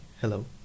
hello